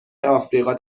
آفریقا